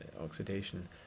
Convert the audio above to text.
oxidation